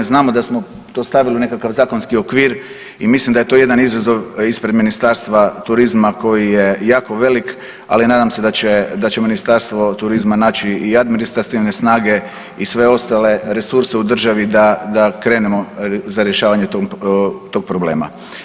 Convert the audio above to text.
Znamo da smo to stavili u nekakav zakonski okvir i mislim da je to jedan izazov ispred Ministarstva turizma koji je jako velik, ali nadam se da će, da će Ministarstvo turizma naći i administrativne snage i sve ostale resurse u državi da, da krenemo za rješavanje tog problema.